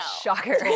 Shocker